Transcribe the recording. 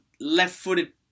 left-footed